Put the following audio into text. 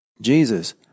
Jesus